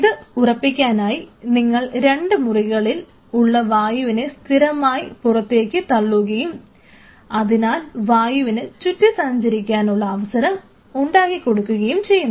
ഇത് ഉറപ്പിക്കാനായി ഈ രണ്ട് മുറികളിൽ ഉള്ള വായുവിനെ സ്ഥിരമായി പുറത്തേക്ക് തള്ളുകയും അതിനാൽ വായുവിന് ചുറ്റി സഞ്ചരിക്കാനുള്ള അവസരം ഉണ്ടാക്കി കൊടുക്കുകയും ചെയ്യുന്നു